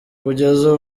kugeza